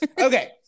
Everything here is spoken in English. Okay